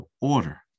order